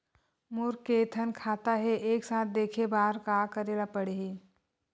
मोर के थन खाता हे एक साथ देखे बार का करेला पढ़ही?